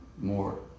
more